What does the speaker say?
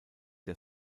der